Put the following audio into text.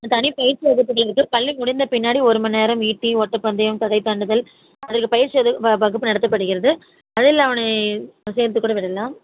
தனி பயிற்சி வகுப்புகள் இருக்குது பள்ளி முடிந்த பின்னாடி ஒருமணிநேரம் ஈட்டி ஓட்டபந்தயம் தடை தாண்டுதல் அதுக்கு பயிற்சி வகு வ வகுப்பு நடத்த படுகிறது அதில் அவனை சேர்த்துக்கூட விடலாம்